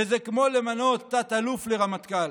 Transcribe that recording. שזה כמו למנות תת-אלוף לרמטכ"ל.